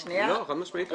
לא, חד משמעית לא.